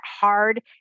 hard